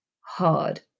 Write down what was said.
hard